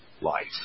life